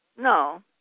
No